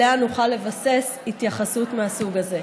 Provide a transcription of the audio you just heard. שעליה נוכל לבסס התייחסות מהסוג הזה.